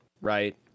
right